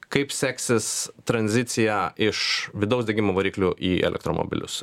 kaip seksis tranzicija iš vidaus degimo variklių į elektromobilius